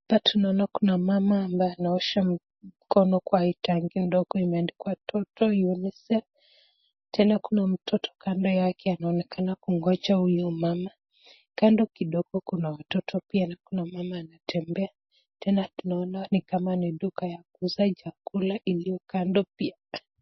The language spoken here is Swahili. Hapa tunaona kuna mama ambaye anaosha mkono kwa hii tangi ndogo imeandikwa Roto UNICEF tena kuna mtoto kando yake anaonekana kugonja huyu mama. Kando kidogo kuna mtoto pia na kuna mama anatembea tena tunaona ni kama ni duka ya kuuza chakula ilio kando pia.